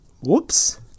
Whoops